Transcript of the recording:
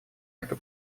эту